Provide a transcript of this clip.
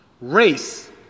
Race